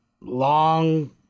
Long